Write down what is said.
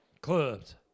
Clubs